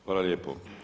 Hvala lijepo.